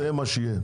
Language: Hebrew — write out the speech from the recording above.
זה מה שיהיה.